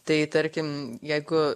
tai tarkim jeigu